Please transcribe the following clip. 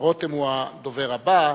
ורותם הוא הדובר הבא,